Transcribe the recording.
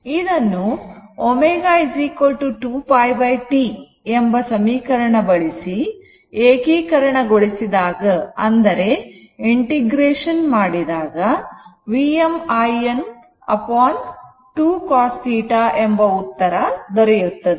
ಇದನ್ನು ω 2 pi T ಎಂಬ ಸಮೀಕರಣ ಬಳಸಿ ಏಕೀಕರಣಗೊಳಿಸಿದಾಗ Vm Im upon 2 cos θ ಎಂಬ ಉತ್ತರ ದೊರೆಯುತ್ತದೆ